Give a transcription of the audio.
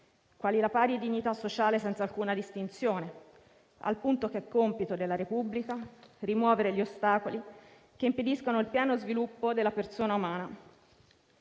quali la pari dignità sociale senza alcuna distinzione, al punto che è compito della Repubblica rimuovere gli ostacoli che impediscano il pieno sviluppo della persona umana.